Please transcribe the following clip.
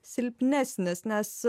silpnesnis nes